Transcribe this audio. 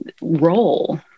role